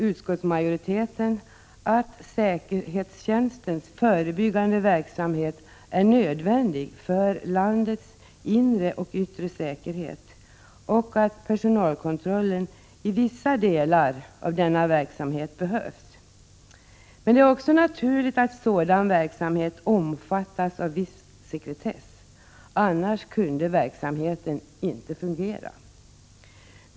Utskottsmajoriteten anser att säkerhetstjänstens förebyggande verksamhet är nödvändig för landets inre och yttre säkerhet och att personalkontrollen behövs i vissa delar av denna verksamhet. Det är också naturligt att sådan verksamhet omfattas av viss sekretess, annars skulle verksamheten inte fungera.